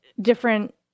different